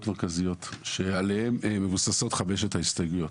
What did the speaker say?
מרכזיות עליהן מבוססות חמשת ההסתייגויות.